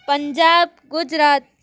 Punjab Gujarat